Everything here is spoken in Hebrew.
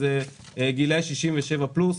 גילאי 67 פלוס.